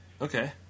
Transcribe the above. Okay